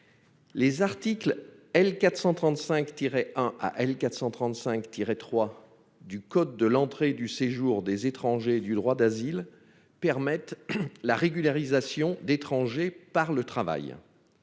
les articles L. 435-1 à L. 435-3 du code de l'entrée et du séjour des étrangers et du droit d'asile permettent la régularisation d'étrangers par le travail.